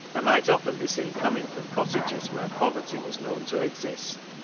and might often be seen coming from cottages where poverty was known to exist.